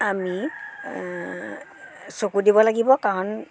আমি চকু দিব লাগিব কাৰণ